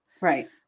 right